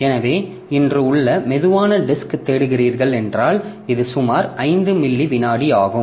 எனவே இன்று உள்ள மெதுவான டிஸ்க் தேடுகிறீர்கள் என்றால் இது சுமார் 5 மில்லி விநாடி ஆகும்